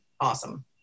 awesome